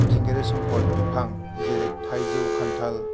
मिथिंगायारि सम्पत बिफां जेरै थाइजौ खान्थाल